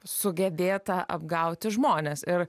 sugebėta apgauti žmones ir